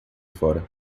fora